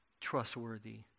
trustworthy